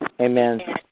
Amen